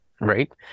Right